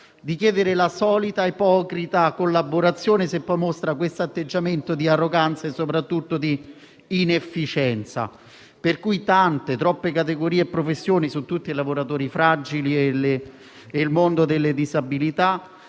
di chiedere la solita ipocrita collaborazione, se poi mostra questo atteggiamento di arroganza e, soprattutto, di inefficienza. Tante, troppe, categorie e professioni - su tutti, i lavoratori fragili e il mondo delle disabilità